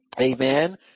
Amen